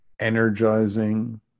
Energizing